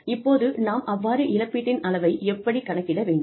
இப்போது நாம் அவ்வாறு இழப்பீட்டின் அளவை எப்படி கணக்கிட வேண்டும்